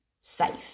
safe